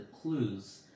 clues